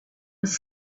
was